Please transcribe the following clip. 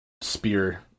spear